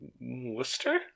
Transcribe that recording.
Worcester